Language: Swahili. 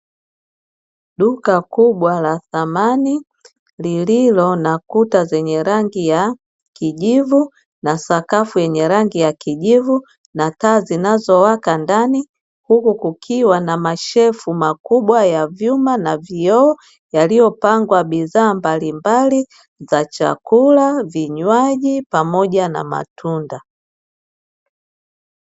Duka kubwa la samani lililo na kuta ya rangi ya kijivu na sakafu yenye rangi ya kijivu na taa zinazowaka ndani, huku kukiwa na mashelfu makubwa ya vyuma na vioo yaliyopangwa bidhaa mbalimbali za chakula, vinywaji pamoja na matunda.